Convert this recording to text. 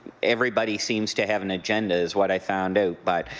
everybody seems to have an agenda is what i found out. but